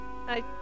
I-